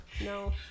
No